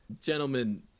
Gentlemen